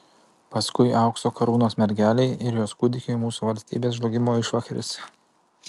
paskui aukso karūnos mergelei ir jos kūdikiui mūsų valstybės žlugimo išvakarėse